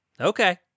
Okay